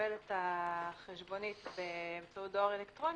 לקבל את החשבונית באמצעות דואר אלקטרוני,